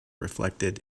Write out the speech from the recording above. reflected